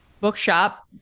bookshop